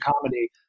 comedy